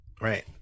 Right